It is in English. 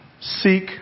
Seek